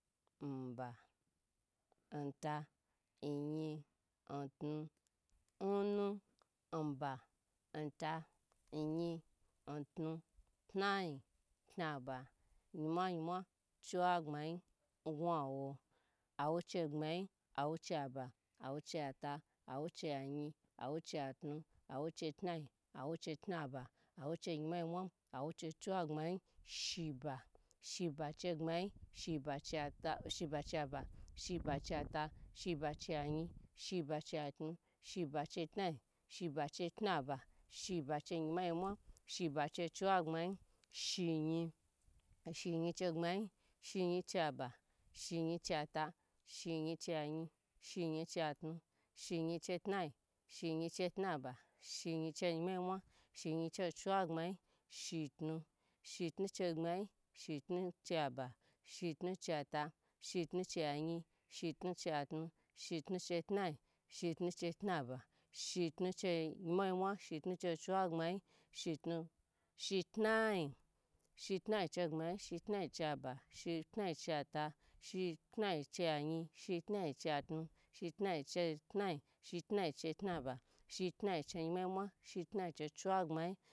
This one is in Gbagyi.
Nnu nba nta nyi ntu tnayi tnaba yinmwa yinmwa chiwagbmayi nwo awoche gbmayi awocheba awo chafa awo cheyin awo che tnayi, awo che fnaba, awo che yimwa yimwa, awo che chiwagbmayi, shiba shiba che gbnayi, shiba cha ba shibache ta shibe chayin shiba che tun, shiba che tnayi, shiba che tnaba, shiba che yinmwa yimwa, shiba che chiwagbmayi, shiyi shiyin hce gbamayi, shiyin chaba shiyin chata, hiyin chatu shiyi che tnayi, shiyin che tnaba, shiyin che yinmwa yinmwa shiyin che chiwagbmayi, shitu shitu che gbmayi shitu che ba, shitu che ta shitu che yin shitu chetun, shitu che tnayi, shitu che tnaba, shitu che yinmwa yinmwa, shitu che chiwagbanyi, shitnayi shitnayi chegbmanyi, shitnayi chaba, shitnayi chaba shitmayi cha yin, shitnayi chetu, shitnayi chet nayi, shitnyin chei tnaba, shitnayi che yimwa yinmwa shitnayi chi chiwagbmanyi